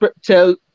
tell